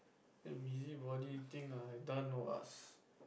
the busy body thing I've done was